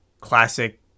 classic